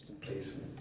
please